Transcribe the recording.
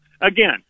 Again